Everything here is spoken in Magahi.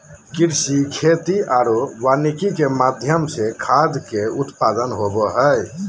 कृषि, खेती आरो वानिकी के माध्यम से खाद्य के उत्पादन होबो हइ